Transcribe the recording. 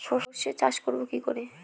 সর্ষে চাষ করব কি করে?